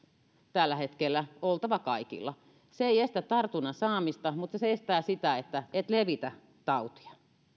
tällä hetkellä oltava kaikilla se ei estä tartunnan saamista mutta se estää sitä että et levitä tautia